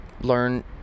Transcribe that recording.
learn